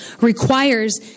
requires